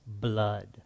blood